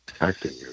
acting